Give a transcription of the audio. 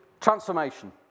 transformation